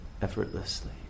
effortlessly